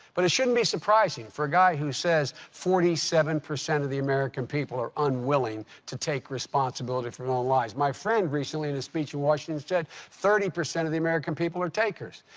but it shouldn't be surprising for a guy who says forty seven percent of the american people are unwilling to take responsibility for their own lives. my friend recently, in a speech in washington, said thirty percent of the american people are takers.